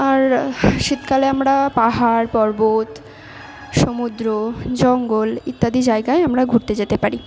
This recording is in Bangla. আর শীতকালে আমরা পাহাড় পর্বত সমুদ্র জঙ্গল ইত্যাদি জায়গায় আমরা ঘুরতে যেতে পারি